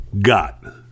got